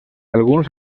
alguns